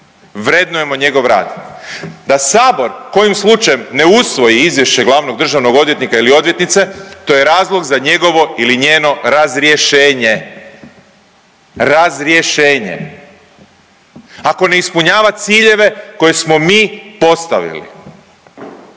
vrednujemo njegov rad. Da Sabor kojim slučajem ne usvoji izvješće glavnog državnog odvjetnika ili odvjetnice to je razlog za njegovo ili njeno razrješenje, razrješenje ako ne ispunjava ciljeve koje smo mi postavili.